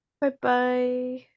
Bye-bye